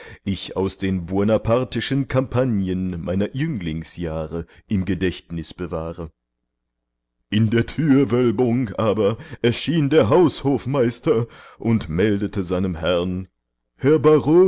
ich aus den buonaparteschen campagnen meiner jünglingsjahre im gedächtnis bewahre in der türwölbung aber erschien der haushofmeister und meldete seinem herrn